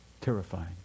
terrifying